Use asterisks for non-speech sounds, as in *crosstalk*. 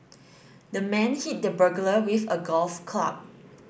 *noise* the man hit the burglar with a golf club